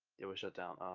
it was shut down.